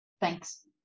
thanks